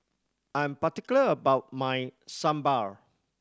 I'm particular about my Sambar